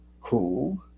Cool